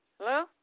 Hello